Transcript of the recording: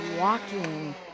walking